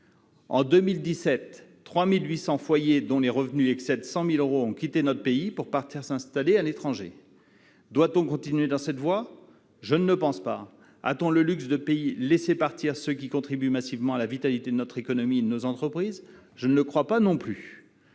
En 2017, quelque 3 800 foyers dont les revenus excèdent 100 000 euros ont quitté notre pays pour partir s'installer à l'étranger. Devons-nous continuer dans cette voie ? Je ne le pense pas. Pouvons-nous nous payer le luxe de laisser partir ceux qui contribuent massivement à la vitalité de notre économie et de nos entreprises ? Je ne le pense pas non plus.